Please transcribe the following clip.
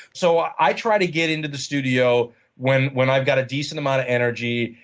so i try to get into the studio when when i've got a decent amount of energy.